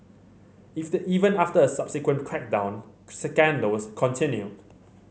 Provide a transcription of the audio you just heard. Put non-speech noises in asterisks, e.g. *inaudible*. *unintelligible* after a subsequent crackdown scandals continued